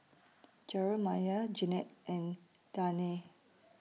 Jeramiah Jennette and Danae